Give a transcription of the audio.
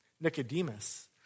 Nicodemus